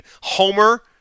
Homer